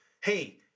hey